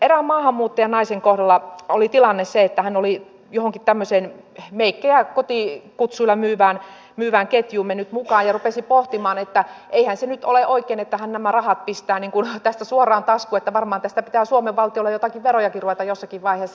erään maahanmuuttajanaisen kohdalla oli tilanne se että hän oli johonkin tämmöiseen meikkejä kotikutsuilla myyvään ketjuun mennyt mukaan ja rupesi pohtimaan että eihän se nyt ole oikein että hän nämä rahat pistää tästä suoraan taskuun että varmaan tästä pitää suomen valtiolle joitakin verojakin ruveta jossakin vaiheessa maksamaan